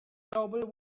global